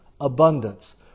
abundance